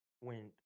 Went